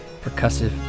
percussive